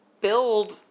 build